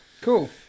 Cool